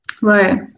Right